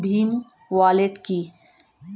Bhim wallet কি?